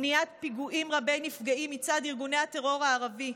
מניעת פיגועים רבי-נפגעים מצד ארגוני הטרור הערבי,